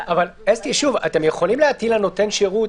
אסתי, שוב, אתם יכולים להטיל על נותן שירות.